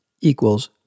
equals